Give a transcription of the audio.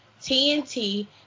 TNT